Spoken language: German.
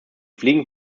fliegen